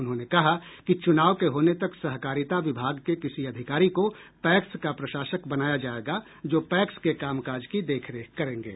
उन्होंने कहा कि चुनाव के होने तक सहकारिता विभाग के किसी अधिकारी को पैक्स का प्रशासक बनाया जायेगा जो पैक्स के काम काज की देखरेख करेंगे